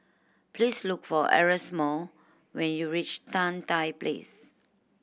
please look for Erasmo when you reach Tan Tye Place